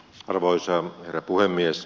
arvoisa herra puhemies